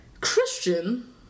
Christian